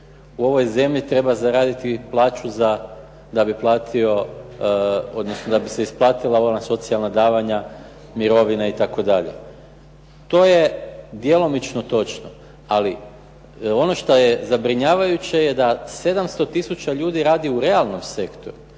u ovoj zemlji treba zaraditi plaću da bi platio odnosno da bi se isplatila socijalna davanja, mirovine itd. To je djelomično točno, ali ono što je zabrinjavajuće je da 700 tisuća ljudi radi u realnom sektoru.